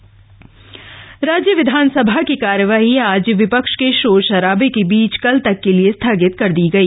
विधानसभा कार्यवाही राज्य विधानसभा की कार्यवाही आज विपक्ष के शोर शराबे के बीच कल तक के लिये स्थगित कर दी गई